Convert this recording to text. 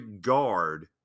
guard